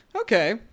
Okay